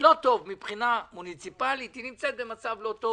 לא טוב מבחינה מוניציפלית, היא נמצאת במצב לא טוב